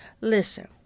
Listen